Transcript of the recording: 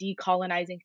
decolonizing